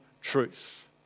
truth